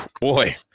boy